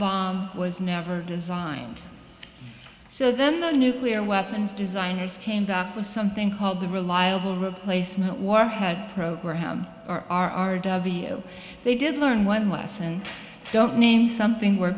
was never designed so then the nuclear weapons designers came up with something called the reliable replacement warhead program r r r w they did learn one lesson don't name something where